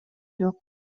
жок